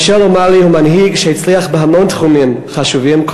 המושל אומאלי הוא מנהיג שהצליח בהמון תחומים חשובים,